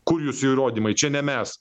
kur jūsų įrodymai čia ne mes